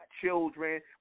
children